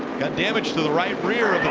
damage to the right rear